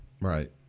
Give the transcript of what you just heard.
right